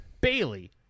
Bailey